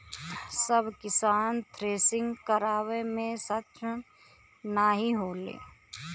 सब किसान थ्रेसिंग करावे मे सक्ष्म नाही होले